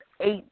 eight